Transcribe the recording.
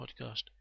podcast